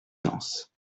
danse